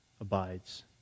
abides